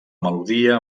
melodia